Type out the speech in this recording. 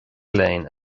léinn